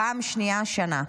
פעם שנייה השנה,